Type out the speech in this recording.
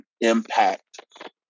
impact